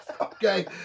okay